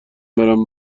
برم